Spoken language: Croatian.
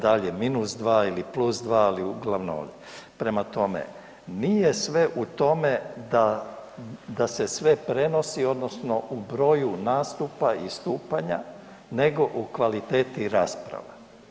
Dal je -2 ili +2, ali uglavnom … [[Govornik se ne razumije]] Prema tome, nije sve u tome da, da se sve prenosi odnosno u broju nastupa i stupanja, nego u kvaliteti rasprava.